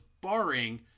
barring